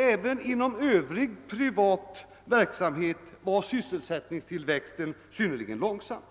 även inom övrig privat verksamhet var Ssysselsättningstillväxten synnerligen långsam.